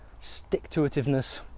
stick-to-itiveness